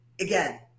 again